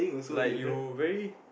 like you very